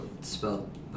Spelled